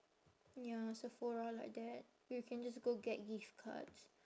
ya sephora like that you can just go get gift cards